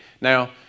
Now